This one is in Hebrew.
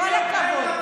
כל הכבוד.